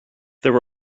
there